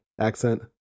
accent